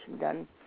done